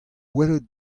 welet